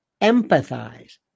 Empathize